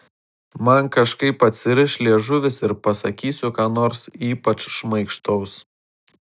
man kažkaip atsiriš liežuvis ir pasakysiu ką nors ypač šmaikštaus